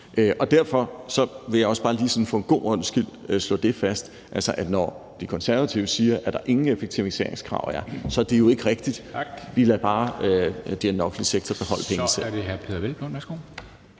Derfor vil jeg også bare lige for en god ordens skyld slå fast, at når De Konservative siger, at der ingen effektiviseringskrav er, så er det jo ikke rigtigt. Vi lader bare den offentlige sektor beholde pengene selv. Kl. 10:16 Formanden (Henrik Dam